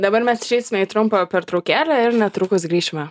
dabar mes išeisime į trumpą pertraukėlę ir netrukus grįšime